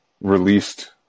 released